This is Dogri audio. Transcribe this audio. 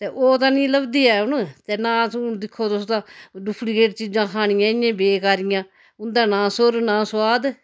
ते ओह् तां नेईं लभदी ऐ ते नां अस हून दिक्खो तुस तां डुपलीकेट चीजां खानियां इ'यां ही बेकारियां उं'दा नां सुर नां सोआद